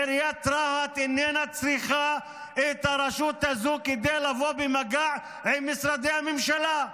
עיריית רהט איננה צריכה את הרשות הזו כדי לבוא במגע עם משרדי הממשלה.